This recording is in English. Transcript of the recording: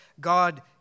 God